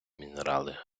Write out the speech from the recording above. мінерали